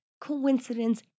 coincidence